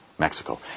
Mexico